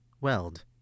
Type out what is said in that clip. Weld